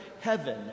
heaven